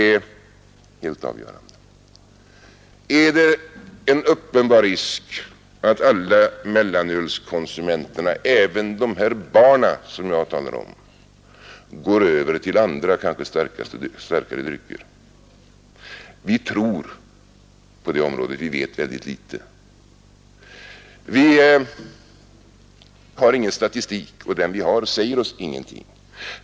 Är det en uppenbar risk att alla mellanölskonsumenterna — även de här barnen som jag talade om — går över till andra, kanske starkare drycker? Vi tror på det området, vi vet väldigt litet. Vi har nästan ingen statistik, och den vi har säger oss ingenting.